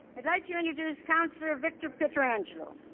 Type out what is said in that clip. i'd like to introduce counselor victor pietrangelo.